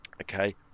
Okay